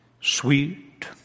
sweet